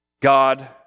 God